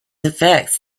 effects